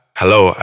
hello